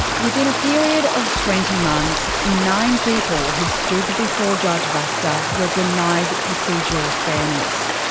within a period of twenty months, nine people who stood before judge vasta were denied procedural fairness.